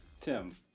Tim